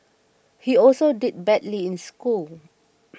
he also did badly in school